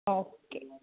okay